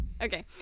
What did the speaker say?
okay